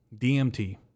DMT